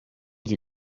sie